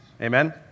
Amen